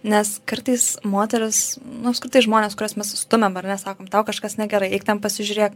nes kartais moteris nu apskritai žmonės kuriuos mes stumiam ar ne sakom tau kažkas negerai eik ten pasižiūrėk